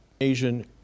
Asian